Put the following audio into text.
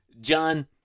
John